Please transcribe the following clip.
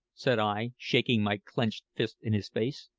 said i, shaking my clenched fist in his face,